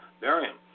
barium